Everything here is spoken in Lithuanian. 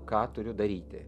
ką turiu daryti